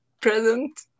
present